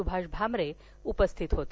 सुभाष भामरे उपस्थित होते